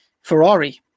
Ferrari